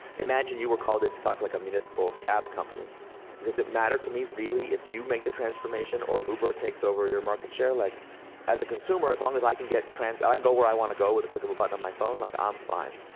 imagine you were called in to talk to like a municipal cab company. does it matter to me, really, if you make the transformation or uber takes over your market share? like as a consumer, as long as i can get trans. i can and go where i wanna go with a click of a button on my phone, i'm like um fine.